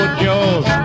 jaws